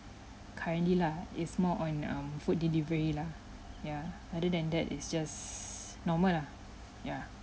currently lah is more on um food delivery lah yeah other than that it's just normal lah yeah